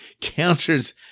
counters